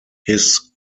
his